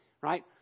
right